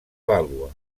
vàlua